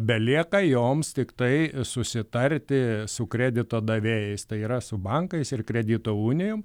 belieka joms tiktai susitarti su kredito davėjais tai yra su bankais ir kredito unijom